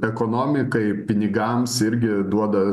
ekonomikai pinigams irgi duoda